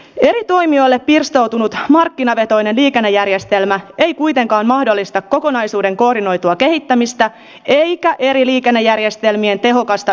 eri toimijoille pirstoutunut markkinavetoinen liikennejärjestelmä ei kuitenkaan mahdollista kokonaisuuden koordinoitua kehittämistä eikä eri liikennejärjestelmien tehokasta yhteensovittamista